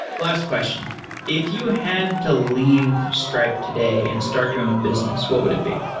last question if you had to leave stripe today and start your own business, what would it be?